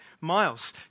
miles